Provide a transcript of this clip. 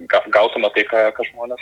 ga gautume tai ką ką žmonės